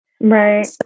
Right